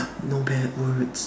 no bad words